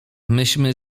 myśmy